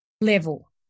level